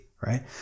right